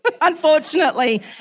unfortunately